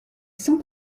sans